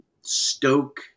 stoke